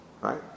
Right